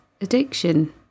addiction